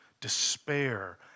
despair